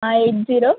eight zero